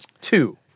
Two